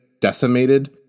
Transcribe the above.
decimated